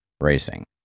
racing